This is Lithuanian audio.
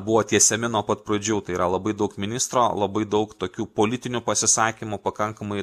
buvo tiesiami nuo pat pradžių tai yra labai daug ministro labai daug tokių politinių pasisakymų pakankamai